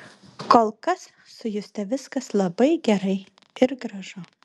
kol kas su juste viskas labai gerai ir gražu